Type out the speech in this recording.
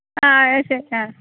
ആ yes yes ആ